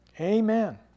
Amen